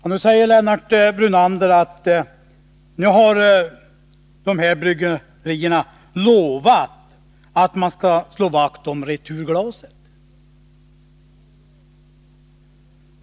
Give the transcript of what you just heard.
Herr talman! Lennart Brunander säger att bryggerierna har lovat att slå vakt om returglasen.